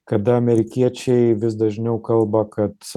kada amerikiečiai vis dažniau kalba kad